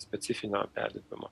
specifinio perdirbimo